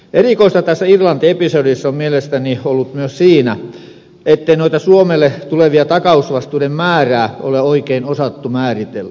erikoista tässä irlanti episodissa on mielestäni ollut myös se ettei noiden suomelle tulevien takausvastuiden määrää ole oikein osattu määritellä